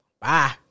Bye